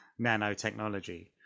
nanotechnology